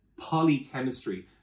polychemistry